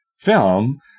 Film